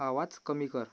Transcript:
आवाज कमी कर